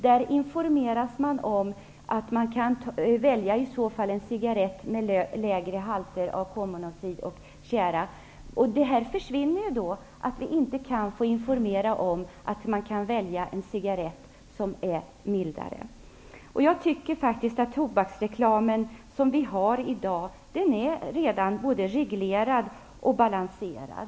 Där informeras man om att man kan välja en cigarrett med lägre halter av kolmonoxid och tjära. Möjligheten att informera om att man kan välja en cigarrett som är mildare kommer alltså att försvinna. Jag tycker att den tobaksreklam som finns i dag redan är både reglerad och balanserad.